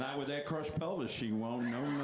with that crushed pelvis, she won't no,